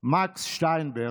מקס שטיינברג,